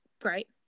Great